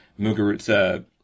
Muguruza